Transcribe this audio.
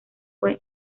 fue